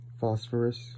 Phosphorus